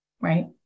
right